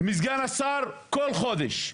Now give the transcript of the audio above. מסגן השר כל חודש,